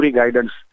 guidance